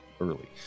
early